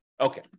Okay